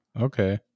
Okay